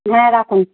হ্যাঁ রাখুন